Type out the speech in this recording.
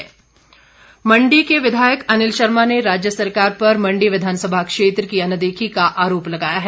अनिल शर्मा मण्डी के विधायक अनिल शर्मा ने राज्य सरकार पर मण्डी विधानसभा क्षेत्र की अनदेखी का आरोप लगाया है